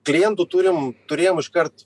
klientų turim turėjom iškart